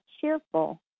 cheerful